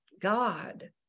God